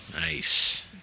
nice